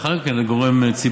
מוניציפלי ולאחר מכן לגורם ציבורי,